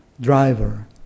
Driver